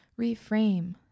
reframe